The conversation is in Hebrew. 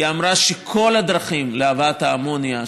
היא אמרה שכל הדרכים להבאת האמוניה,